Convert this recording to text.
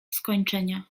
skończenia